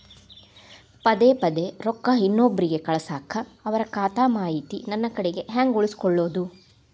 ಪದೆ ಪದೇ ರೊಕ್ಕ ಇನ್ನೊಬ್ರಿಗೆ ಕಳಸಾಕ್ ಅವರ ಖಾತಾ ಮಾಹಿತಿ ನನ್ನ ಕಡೆ ಹೆಂಗ್ ಉಳಿಸಿಕೊಳ್ಳೋದು?